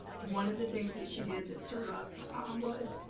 one of the things that she did that stirred up um was